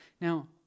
Now